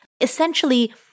Essentially